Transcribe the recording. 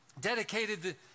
dedicated